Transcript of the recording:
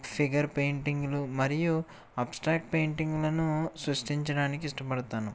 figure పెయింటింగ్లు మరియు abstract పెయింటింగ్లను సృష్టించడానికి ఇష్టపడతాను